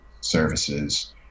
services